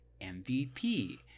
MVP